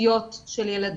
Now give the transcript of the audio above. הבסיסיות של ילדים.